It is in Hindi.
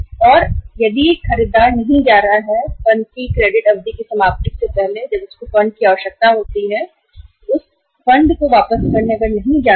और यदि फर्म को क्रेडिट अवधि की समाप्ति से पहले फंड की आवश्यकता है तो वह फंड खरीददार फर्म को वापस भुगतान देने नहीं जा रहा है